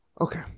Okay